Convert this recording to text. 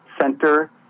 center